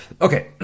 Okay